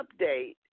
update